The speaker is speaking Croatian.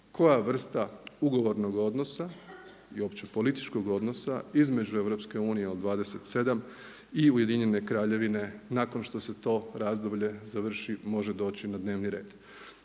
koja vrsta ugovornog odnosa i uopće političkog odnosa između EU od 27 i UK nakon što se to razdoblje završi može doći na dnevni red.